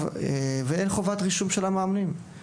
ואין חובת רישום של המאמנים.